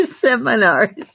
seminars